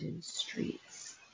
streets